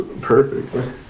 Perfect